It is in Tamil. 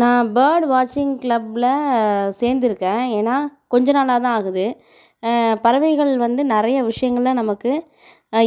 நான் பேர்டு வாட்சிங் க்ளப்பில் சேர்ந்துருக்கேன் ஏன்னால் கொஞ்ச நாளாக தான் ஆகுது பறவைகள் வந்து நிறைய விஷயங்களை நமக்கு